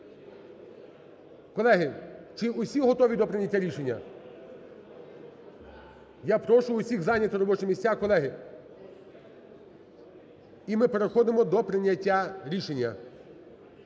Колеги, чи усі готові до прийняття рішення? Я прошу всіх зайняти робочі місця, колеги. І ми переходимо до прийняття рішення.